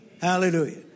Hallelujah